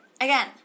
again